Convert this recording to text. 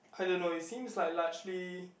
I don't know it seems like largely